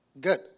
Good